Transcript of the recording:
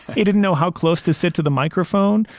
he didn't know how close to sit to the microphone.